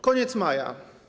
Koniec maja.